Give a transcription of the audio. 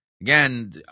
Again